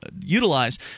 utilize